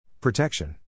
Protection